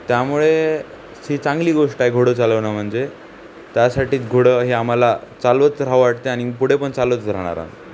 त्यामुळे ही चांगली गोष्ट आहे घोडं चालवणं म्हणजे त्यासाठीच घोडं हे आम्हाला चालवच राहा वाटते आणि पुढे पण चालवतच राहणार आम्ही